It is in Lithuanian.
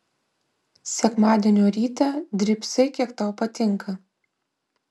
sekmadienio rytą drybsai kiek tau patinka